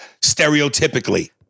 stereotypically